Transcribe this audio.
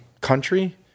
country